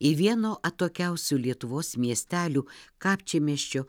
į vieno atokiausių lietuvos miestelių kapčiamiesčio